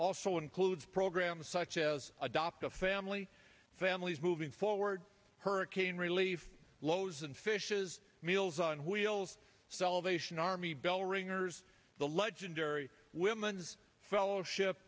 also includes programs such as adoptive family families moving forward hurricane relief losen fishes meals on wheels salvation army bell ringers the legendary women's fellowship